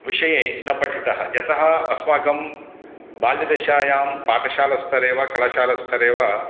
विषये न पठितः यतः अस्माकं बाल्यदशायां पाठशालास्तरे वा कलाशालास्तरे वा